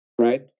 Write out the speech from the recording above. right